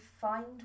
find